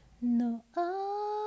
no